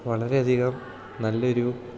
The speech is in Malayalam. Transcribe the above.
വളരെ അധികം നല്ലൊരു